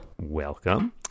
welcome